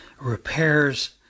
repairs